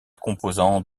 composant